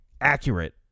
accurate